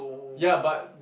ya but